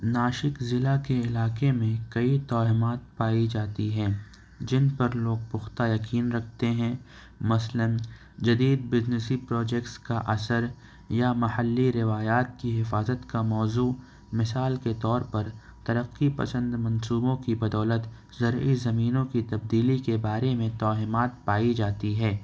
ناسک ضلع کے علاقے میں کئی توہمات پائی جاتی ہیں جن پر لوگ پختہ یقین رکھتے ہیں مثلاً جدید بزنیسی پروجیکٹس کا اثر یا محلی روایات کی حفاظت کا موضوع مثال کے طور پر ترقی پسند منصوبوں کی بدولت زرعی زمینوں کی تبدیلی کے بارے میں توہمات پائی جاتی ہے